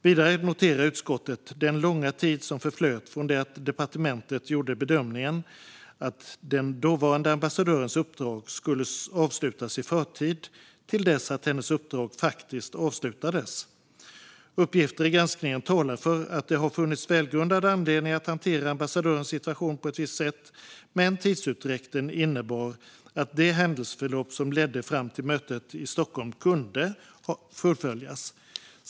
Vidare noterar utskottet den långa tid som förflöt från det att departementet gjorde bedömningen att den dåvarande ambassadörens uppdrag skulle avslutas i förtid till dess att hennes uppdrag faktiskt avslutades. Uppgifter i granskningen talar för att det har funnits välgrundad anledning att hantera ambassadörens situation på ett visst sätt men att tidsutdräkten innebar att det händelseförlopp som ledde fram till mötet i Stockholm kunde fullföljas.